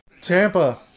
Tampa